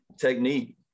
technique